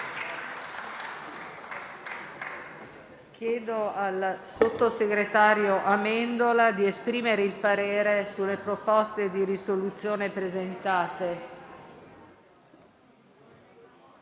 Chiedo al sottosegretario Amendola di esprimere il parere sulle proposte di risoluzione presentate.